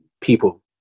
people